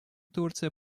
турция